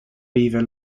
beaver